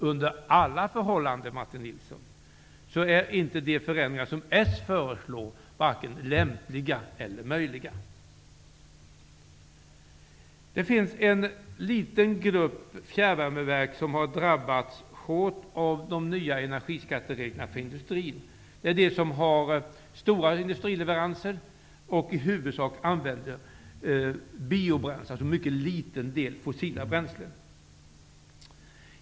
Under alla förhållanden, Martin Nilsson, är inte de förändringar som socialdemokraterna föreslår vare sig lämpliga eller möjliga. Det finns en liten grupp fjärrvärmeverk som har drabbats hårt av de nya energiskattereglerna för industrin. Det är de verk som har stora industrileveranser och i huvudsak använder biobränsle. De använder alltså en mycket liten del fossila bränslen.